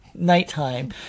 nighttime